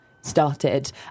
started